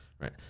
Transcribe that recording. Right